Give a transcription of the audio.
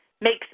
makes